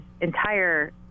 entire